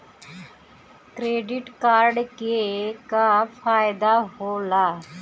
Credit card के का फायदा होला?